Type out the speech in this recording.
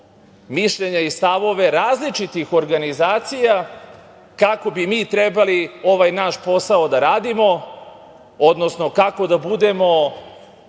mišljenja i stavove različitih organizacija kako bi mi trebali ovaj naš posao da radimo, odnosno kako da budemo